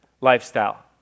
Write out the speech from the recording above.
lifestyle